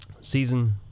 season